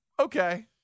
Okay